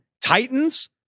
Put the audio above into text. Titans